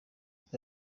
biba